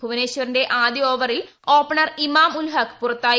ഭുവനേശ്വറിന്റെ ആദ്യ ഓവറിൽ ഓപ്പണർ ഇമാം ഉൽ ഹഖ് പുറത്തായി